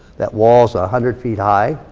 that wall's a hundred feet high.